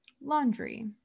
laundry